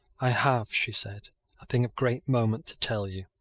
i have, she said, a thing of great moment to tell you.